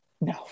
No